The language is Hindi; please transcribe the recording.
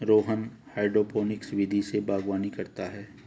रोहन हाइड्रोपोनिक्स विधि से बागवानी करता है